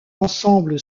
ensemble